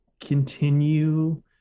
continue